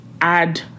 add